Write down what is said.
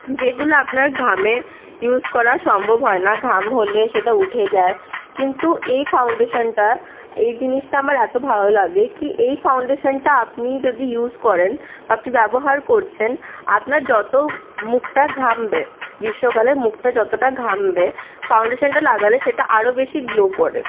যেগুলো আপনার ঘামে ইউস করা সম্ভব হয় না ঘাম হলে সেটা উঠে যায় কিন্তু এই ফাউন্ডেশানটা এই জিনিসটা আমার এত ভালো লাগে কি এই ফাউন্ডেশানটা আপনি যদি ইউস করেন বা আপনি ব্যবহার করছেন আপনার যত মুখটা ঘামবে গ্রীষ্মকালে মুখটা যতটা ঘামবে ফাইন্ডেশানটা লাগালে সেটা আরও বেশি গ্লো করে